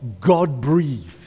God-breathed